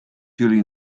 jullie